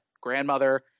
grandmother